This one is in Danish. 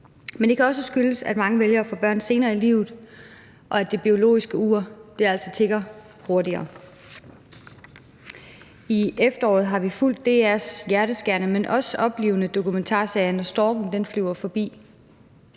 Men det kan også skyldes, at mange vælger at få børn senere i livet, og at det biologiske ur altså tikker hurtigere. I efteråret har vi fulgt DR's hjerteskærende, men også oplivende dokumentarserie »Når storken flyver forbi«.